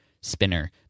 spinner